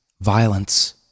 Violence